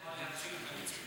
החוק הזה בא להציל את הניצולים.